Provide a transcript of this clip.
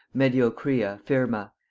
mediocria firma,